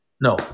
No